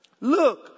Look